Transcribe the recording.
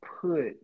put